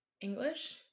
English